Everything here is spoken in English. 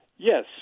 Yes